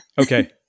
Okay